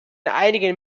einigen